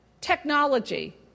Technology